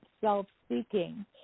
self-seeking